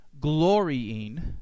Glorying